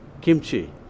kimchi